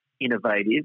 innovative